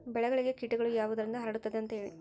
ಬೆಳೆಗೆ ಕೇಟಗಳು ಯಾವುದರಿಂದ ಹರಡುತ್ತದೆ ಅಂತಾ ಹೇಳಿ?